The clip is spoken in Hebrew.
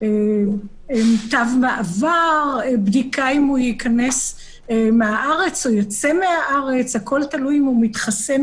מדובר באישור חירום שניתן בארצות הברית ואף בישראל